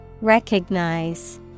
Recognize